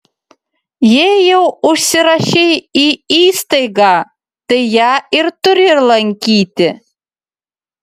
jei jau užsirašei į įstaigą tai ją ir turi lankyti